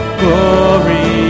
glory